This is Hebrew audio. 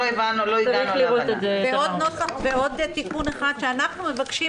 עוד תיקון שאנחנו מבקשים,